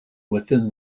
within